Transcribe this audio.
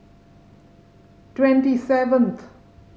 twenty seventh